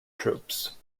troops